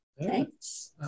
thanks